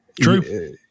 True